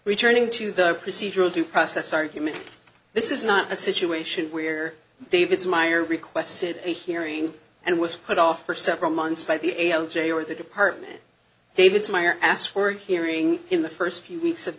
returning to the procedural due process argument this is not a situation where david's meyer requested a hearing and was put off for several months by the a l j or the department david's meyer asked for hearing in the first few weeks of